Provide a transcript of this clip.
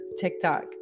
TikTok